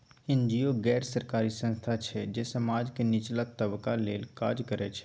NGO गैर सरकारी संस्था छै जे समाजक निचला तबका लेल काज करय छै